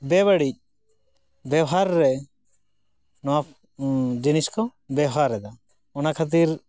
ᱵᱮᱼᱵᱟᱹᱲᱤᱡ ᱵᱮᱣᱦᱟᱨ ᱨᱮ ᱱᱚᱣᱟ ᱡᱤᱱᱤᱥᱠᱚ ᱵᱮᱣᱦᱟᱨᱮᱫᱟ ᱚᱱᱟ ᱠᱷᱟᱹᱛᱤᱨ